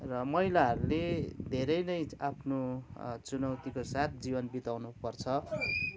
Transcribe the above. र महिलाहरूले धेरै नै आफ्नो चुनौतीका साथ जीवन बिताउनु पर्छ